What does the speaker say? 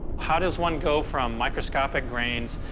how does one go from microscopic grains,